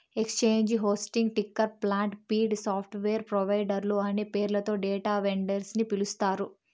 exchange hosting, ticker plant, feed, software ప్రొవైడర్లు అనే పేర్లతో డేటా వెండర్స్ ని పిలుస్తారు